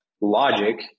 logic